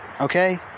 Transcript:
Okay